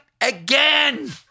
again